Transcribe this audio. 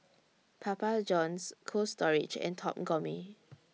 Papa Johns Cold Storage and Top Gourmet